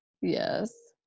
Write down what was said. Yes